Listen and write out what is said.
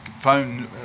phone